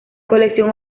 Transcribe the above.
colección